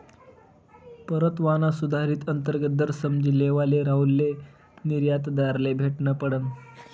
परतावाना सुधारित अंतर्गत दर समझी लेवाले राहुलले निर्यातदारले भेटनं पडनं